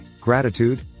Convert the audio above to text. gratitude